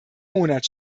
monat